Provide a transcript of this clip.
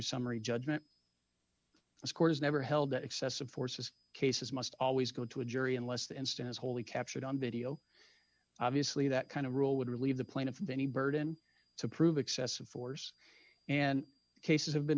summary judgment scores never held that excessive force was cases must always go to a jury unless the incident is wholly captured on video obviously that kind of rule would relieve the plaintiff of any burden to prove excessive force and cases have been